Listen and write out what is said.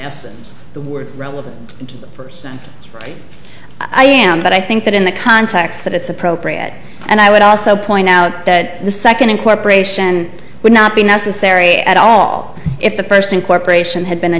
essence the word relevant to the person i am but i think that in the context that it's appropriate and i would also point out that the second incorporation would not be necessary at all if the first incorporation had been a